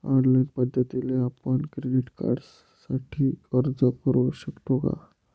Online पद्धतीने आपण credit कार्डसाठी अर्ज करु शकतो का?